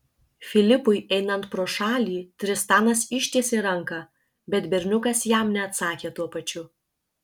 filipui einant pro šalį tristanas ištiesė ranką bet berniukas jam neatsakė tuo pačiu